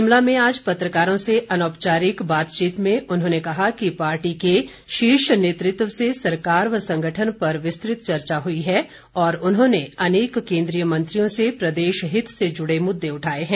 शिमला में आज पत्रकारों से अनौपचारिक बातचीत में उन्होंने कहा कि पार्टी के शीर्ष नेतृत्व से सरकार व संगठन पर विस्तृत चर्चा हुई है और उन्होंने अनेक केन्द्रीय मंत्रियों से प्रदेशहित से जुड़े मुद्दे उठाए हैं